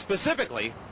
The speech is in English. specifically